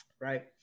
right